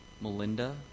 Melinda